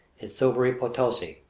is silvery potosi,